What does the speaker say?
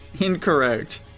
Incorrect